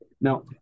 Now